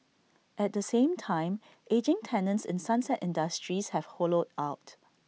at the same time ageing tenants in sunset industries have hollowed out